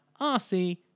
RC